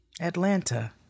atlanta